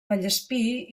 vallespir